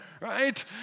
right